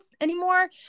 anymore